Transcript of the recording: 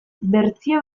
bertsio